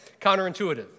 counterintuitive